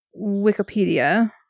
Wikipedia